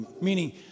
Meaning